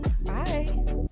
Bye